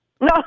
No